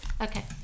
Okay